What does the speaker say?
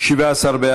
79 נתקבלו.